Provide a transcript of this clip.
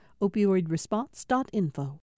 Opioidresponse.info